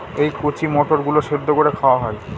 এই কচি মটর গুলো সেদ্ধ করে খাওয়া হয়